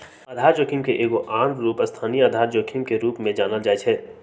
आधार जोखिम के एगो आन रूप स्थानीय आधार जोखिम के रूप में जानल जाइ छै